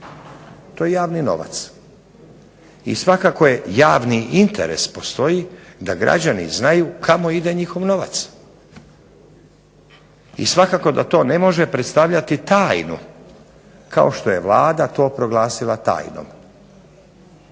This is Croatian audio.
To je javni novac i svakako javni interes postoji da građani znaju kamo ide njihov novac. I svakako da to ne može predstavljati tajnu kao što je Vlada to proglasila tajnom.